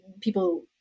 people